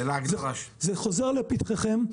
זה חוזר לפתחכם.